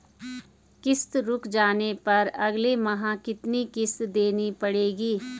किश्त रुक जाने पर अगले माह कितनी किश्त देनी पड़ेगी?